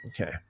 Okay